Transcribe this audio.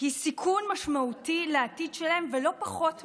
היא סיכון משמעותי לעתיד שלהם, ולא פחות מזה,